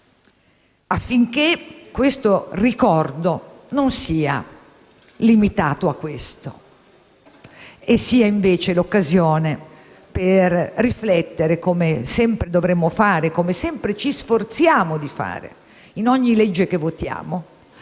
affinché il ricordo non sia limitato a questo e sia invece l'occasione per riflettere, come sempre dovremmo fare e come sempre ci sforziamo di fare, in ogni provvedimento che votiamo,